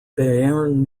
bayern